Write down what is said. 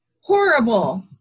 horrible